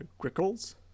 Grickles